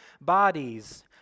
bodies